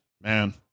Man